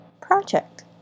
project